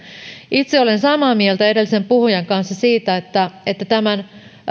itse olen samaa mieltä edellisen puhujan kanssa siitä että tämän